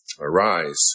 Arise